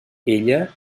ella